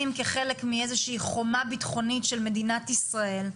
כחלק מאיזושהי חומה ביטחונית של מדינת ישראל.